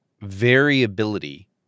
variability